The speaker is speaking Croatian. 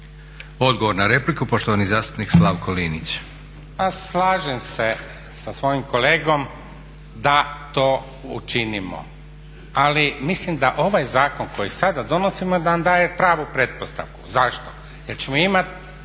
Odgovor na repliku, poštovani zastupnik Slavko Linić.